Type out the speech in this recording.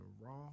raw